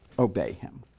obey him.